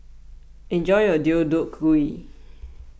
enjoy your Deodeok Gui